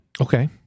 Okay